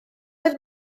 oedd